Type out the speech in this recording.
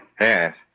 Yes